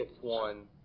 one